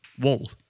wall